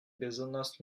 bezonas